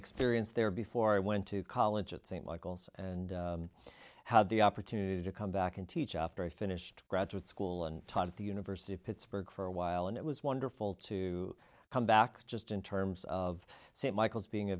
experience there before i went to college at st michael's and how the opportunity to come back and teach after i finished graduate school and taught at the university of pittsburgh for a while and it was wonderful to come back just in terms of st michael's being a